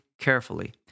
carefully